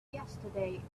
yesterday